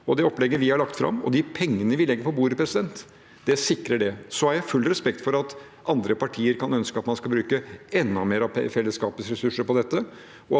Det opplegget vi har lagt fram, og de pengene vi legger på bordet, sikrer det. Jeg har full respekt for at andre partier kan ønske at man skal bruke enda mer av fellesskapets